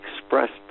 expressed